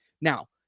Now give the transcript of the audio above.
Now